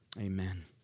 Amen